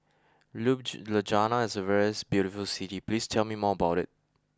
Ljubljana is a very beautiful city please tell me more about it